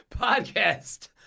Podcast